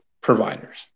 providers